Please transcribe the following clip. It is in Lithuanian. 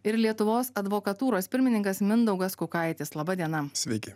ir lietuvos advokatūros pirmininkas mindaugas kukaitis laba diena